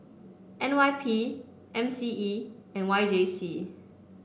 N Y P M C E and Y J C